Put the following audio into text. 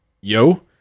yo